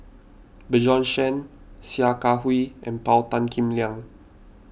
Bjorn Shen Sia Kah Hui and Paul Tan Kim Liang